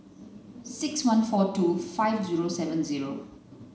six one four two five zero seven zero